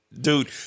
dude